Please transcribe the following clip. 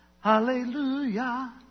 hallelujah